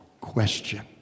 question